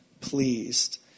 pleased